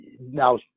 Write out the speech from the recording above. Now